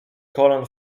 kolan